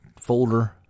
folder